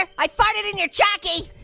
i farted in your chocky